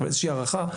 אבל איזושהי הערכה,